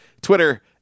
Twitter